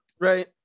Right